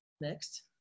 Next